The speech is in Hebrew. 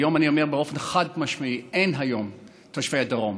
היום אני אומר באופן חד-משמעי: אין היום תושבי הדרום,